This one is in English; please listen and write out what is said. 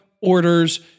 orders